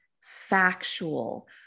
factual